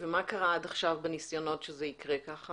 מה קרה עד עכשיו בניסיונות שאכן זה יקרה כך?